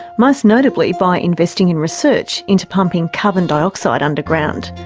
most notably by investing in research into pumping carbon dioxide underground.